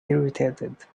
irritated